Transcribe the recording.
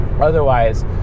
Otherwise